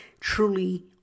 truly